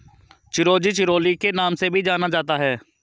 चिरोंजी चिरोली के नाम से भी जाना जाता है